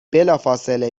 بلافاصله